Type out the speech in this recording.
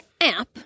app